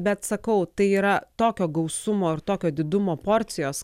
bet sakau tai yra tokio gausumo ir tokio didumo porcijos